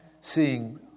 seeing